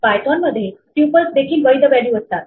पायथोनमध्ये tuples देखील वैध value असतात